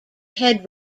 head